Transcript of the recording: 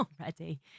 already